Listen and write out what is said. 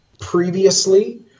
previously